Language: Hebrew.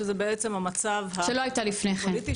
שזה בעצם המצב החברתי הפוליטי,